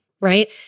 Right